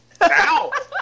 Ow